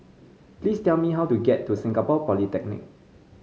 please tell me how to get to Singapore Polytechnic